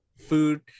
food